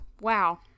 wow